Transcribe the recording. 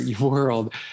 world